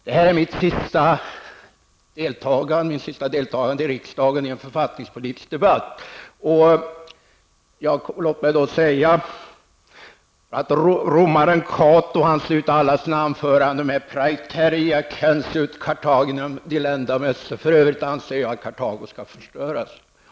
Det här är sista gången jag deltar i en författningspolitisk debatt i riksdagen. Romaren Cato slutade alla sina anföranden med: Praeterea censeo Carthaginem delendam esse -- för övrigt anser jag att Kartago bör förstöras.